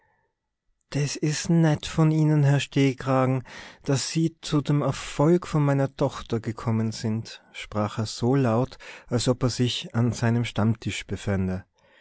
des is nett von ihne herr stehkrage daß se zu dem erfolg von meiner tochter gekomme sin sprach er so laut als ob er sich an seinem stammtisch befände